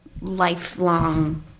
lifelong